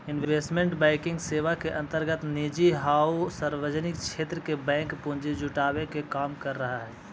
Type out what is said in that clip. investment banking सेवा के अंतर्गत निजी आउ सार्वजनिक क्षेत्र के बैंक पूंजी जुटावे के काम करऽ हइ